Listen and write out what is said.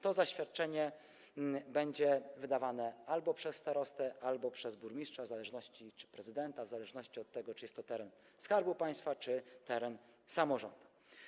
To zaświadczenie będzie wydawane albo przez starostę, albo przez burmistrza czy prezydenta, w zależności od tego, czy jest to teren Skarbu Państwa, czy teren samorządu.